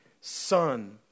son